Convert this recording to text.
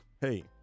Hey